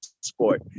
sport